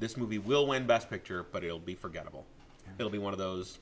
this movie will win best picture but he'll be forgettable will be one of those